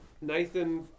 Nathan